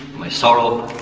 my sorrow